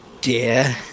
dear